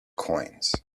coins